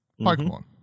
Pokemon